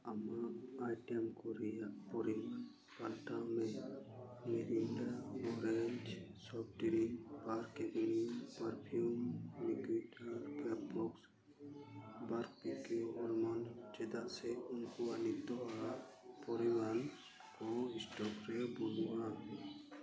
ᱟᱢᱟᱜ ᱟᱭᱴᱮᱢ ᱠᱚ ᱨᱮᱭᱟᱜ ᱯᱚᱨᱤᱢᱟᱱ ᱯᱟᱞᱴᱟᱣᱢᱮ Mirinda orange soft drink Park Avenue perfume liquid ᱟᱨ ᱯᱷᱮᱵ ᱵᱚᱠᱥ ᱵᱟᱵᱮᱠᱤᱭᱩ ᱟᱞᱢᱚᱱᱰ ᱪᱮᱫᱟᱜ ᱥᱮ ᱩᱱᱠᱩᱣᱟᱜ ᱱᱤᱛᱚᱜᱟᱜ ᱯᱚᱨᱤᱢᱟᱱ ᱠᱚ ᱥᱴᱚᱠ ᱨᱮ ᱵᱟᱹᱱᱩᱜᱼᱟ